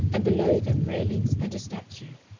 and below them railings and a statue.